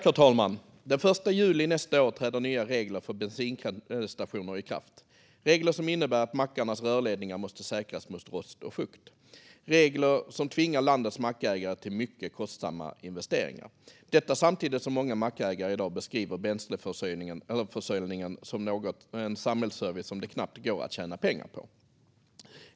Herr talman! Den 1 juli nästa år träder nya regler för bensinstationer i kraft, regler som innebär att mackarnas rörledningar måste säkras mot rost och fukt. Dessa regler tvingar landets mackägare till mycket kostsamma investeringar, detta samtidigt som många mackägare i dag beskriver bränsleförsäljningen som en samhällsservice som det knappt går att tjäna pengar på.